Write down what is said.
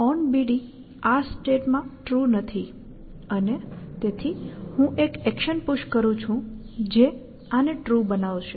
onBD આ સ્ટેટમાં true નથી અને તેથી હું એક એક્શન પુશ કરું છું જે આને ટ્રુ બનાવશે